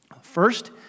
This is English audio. First